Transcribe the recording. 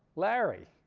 larry.